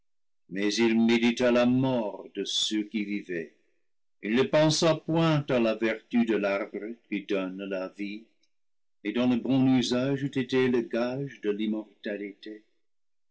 mais il médita la mort de ceux qui vivaient il ne pensa point à la vertu de l'arbre qui donne la vie et dont le bon usage eût été le gage de l'immortalité